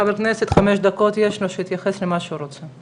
חמש דקות יש לחבר הכנסת, שיתייחס למה שהוא רוצה.